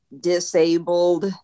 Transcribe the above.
disabled